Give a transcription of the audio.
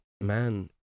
man